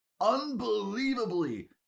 unbelievably